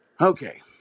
okay